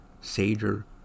Sager